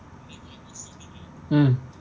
mm